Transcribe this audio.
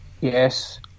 yes